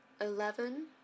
eleven